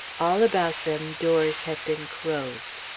all about them doors had been closed.